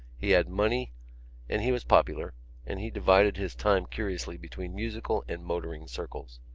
he had money and he was popular and he divided his time curiously between musical and motoring circles.